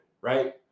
right